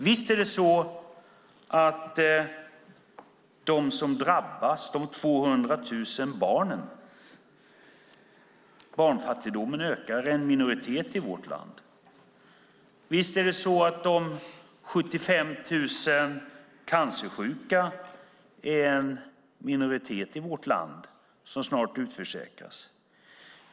Visst är det så att de som drabbas, de 200 000 barnen - barnfattigdomen ökar - är en minoritet i vårt land. Visst är det så att de 75 000 cancersjuka är en minoritet i vårt land som snart utförsäkras.